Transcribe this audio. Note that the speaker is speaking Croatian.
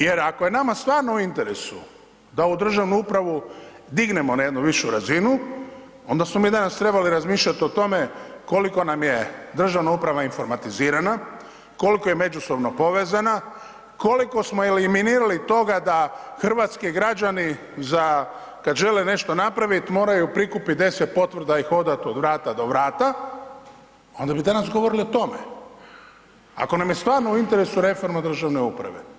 Jer ako je nama stvarno u interesu da ovu državu upravu dignemo na jednu višu razinu onda smo mi danas trebali razmišljati o tome koliko nam je državna uprava informatiziran, koliko je međusobno povezana, koliko smo eliminirali toga da hrvatski građani za kad žele nešto napravit moraju prikupit 10 potvrda i hodat od vrata do vrata, onda bi danas govorili o tome ako nam je stvarno u interesu reforma državne uprave.